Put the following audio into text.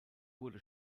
wurde